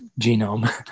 genome